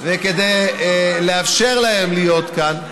כדי לאפשר להם להיות כאן,